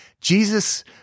Jesus